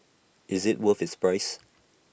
is IT worth its price